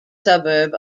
suburb